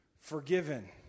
forgiven